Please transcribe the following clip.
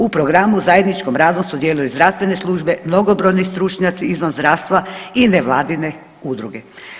U programu zajedničkom radu sudjeluju zdravstvene službe, mnogobrojni stručnjaci izvan zdravstva i nevladine udruge.